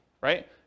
right